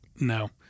no